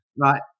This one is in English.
Right